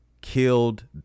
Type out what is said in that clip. killed